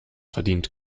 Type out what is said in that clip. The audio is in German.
verdient